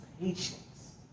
patience